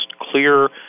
clear